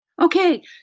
Okay